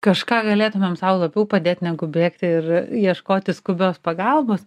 kažką galėtumėm sau labiau padėt negu bėgti ir ieškoti skubios pagalbos